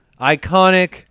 iconic